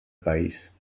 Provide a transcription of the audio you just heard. país